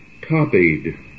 copied